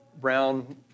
brown